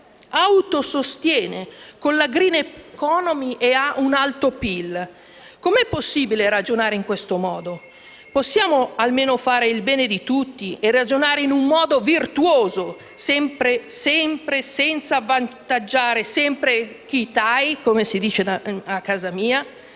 Stato si autosostiene con la *green economy* e ha un alto PIL, come è possibile ragionare in questo modo? Possiamo almeno fare il bene di tutti e ragionare in un modo virtuoso, senza avvantaggiare *semper chi tai*, come si dice a casa mia?